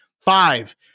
five